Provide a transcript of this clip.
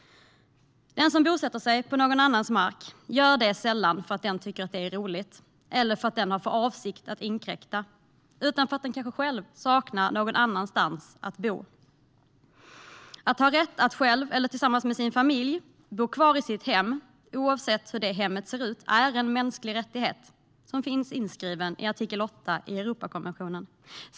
Den som bosätter sig på någon annans mark gör det sällan för att den tycker att det är roligt eller för att den har för avsikt att inkräkta utan för att den kanske själv saknar någon annanstans att bo. Att ha rätt att själv eller tillsammans med sin familj bo kvar i sitt hem, oavsett hur det hemmet ser ut, är en mänsklig rättighet som finns inskriven i artikel 8 i Europakonventionen.